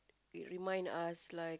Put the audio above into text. it remind us like